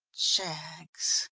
jaggs!